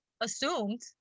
assumed